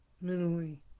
mentally